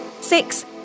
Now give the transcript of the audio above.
six